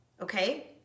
okay